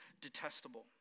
detestable